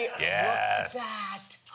Yes